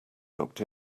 looked